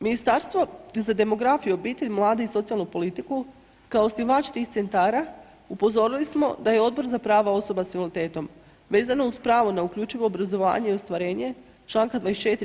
Ministarstvo za demografiju, obitelj, mlade i socijalnu politiku, kao osnivač tih centara, upozorili smo da je Odbor za prava osoba s invaliditetom vezana uz pravo na uključivo obrazovanje i ostvarenje čl. 24.